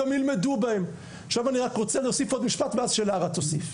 אני רוצה להוסיף עוד משפט, ואז לארה תוסיף.